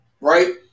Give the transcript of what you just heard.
Right